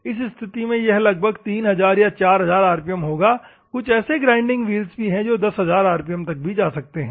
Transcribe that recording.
इस स्थिति में यह लगभग 3000 या 4000 आरपीएम होगा कुछ ऐसे ग्राइंडिंग व्हील्स भी हैं जो 10000 आरपीएम तक भी जा सकते हैं